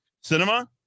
cinema